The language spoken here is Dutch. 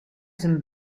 zijn